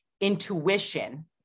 intuition